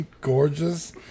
gorgeous